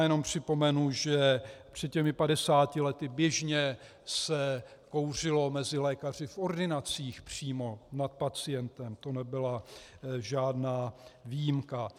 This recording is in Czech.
Jenom připomenu, že před těmi padesáti lety běžně se kouřilo mezi lékaři v ordinacích přímo nad pacientem, to nebyla žádná výjimka.